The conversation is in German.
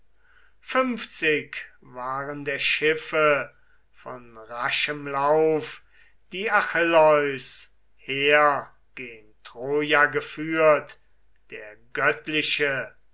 waren der schiffe von raschem lauf die achilleus her gen troja geführt der göttliche